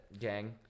gang